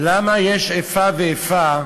למה יש איפה ואיפה